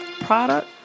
product